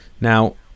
Now